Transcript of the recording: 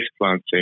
planting